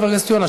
חבר הכנסת יונה,